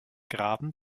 graben